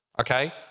okay